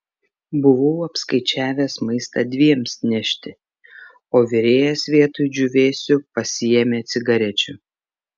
buvau apskaičiavęs maistą dviems nešti o virėjas vietoj džiūvėsių pasiėmė cigarečių